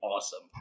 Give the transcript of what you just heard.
awesome